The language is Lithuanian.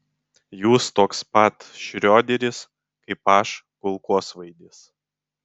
jūs toks pat šrioderis kaip aš kulkosvaidis